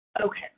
Okay